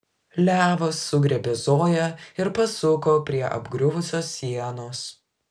levas sugriebė zoją ir pasuko prie apgriuvusios sienos